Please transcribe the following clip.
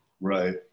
right